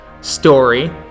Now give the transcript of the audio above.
story